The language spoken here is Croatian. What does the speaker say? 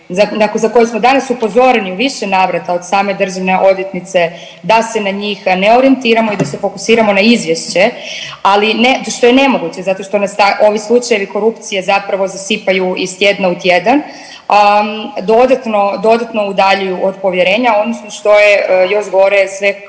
za koje smo danas upozoreni u više navrata od same državne odvjetnice da se na njih ne orijentiramo i da se fokusiramo na izvješće, što je nemoguće zato što nas ovi slučajevi korupcije zapravo zasipaju iz tjedna u tjedan dodatno udaljuju od povjerenja odnosno što je još gore sve hrvatske